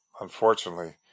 unfortunately